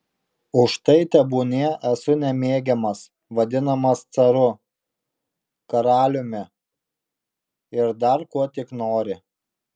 už tai tebūnie esu nemėgiamas vadinamas caru karaliumi ir dar kuo tik nori